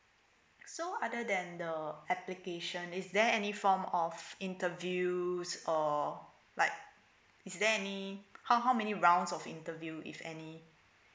so other than the application is there any form of interviews or like is there any how how many rounds of interview if any